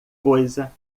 coisa